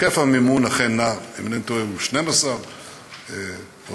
היקף המימון אכן נע, אם אינני טועה הוא 12 או 13,